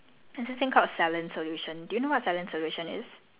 so this one right it was quite a hype trend like a couple months ago right